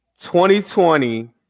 2020